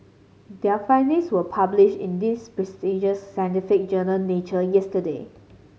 their findings were published in the prestigious scientific journal Nature yesterday